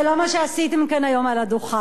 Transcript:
זה לא מה שעשיתם כאן היום על הדוכן.